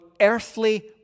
earthly